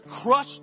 Crush